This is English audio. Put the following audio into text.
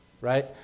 right